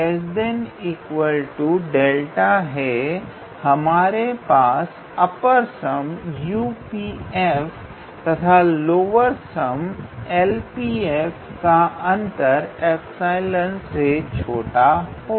≤ 𝛿 हमारे पास upper sum UPf तथा लोअर सम LPf का अंतर 𝜖 से छोटा हो